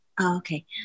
Okay